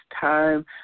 time